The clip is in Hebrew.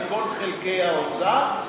מכל חלקי האוצר,